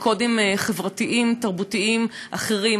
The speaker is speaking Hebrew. מקודים חברתיים תרבותיים אחרים,